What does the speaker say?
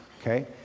okay